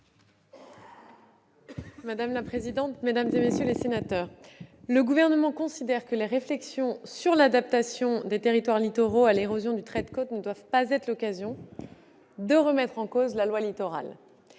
savez tous ici, mesdames, messieurs les sénateurs, le Gouvernement considère que les réflexions sur l'adaptation des territoires littoraux à l'érosion du trait de côte ne doivent pas être l'occasion de remettre en cause la loi Littoral,